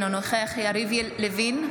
אינו נוכח יריב לוין,